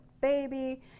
baby